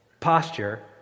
Posture